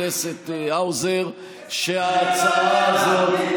שההצעה הזאת,